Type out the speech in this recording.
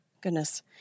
Goodness